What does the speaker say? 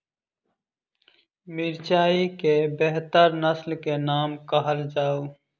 मिर्चाई केँ बेहतर नस्ल केँ नाम कहल जाउ?